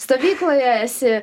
stovykloje esi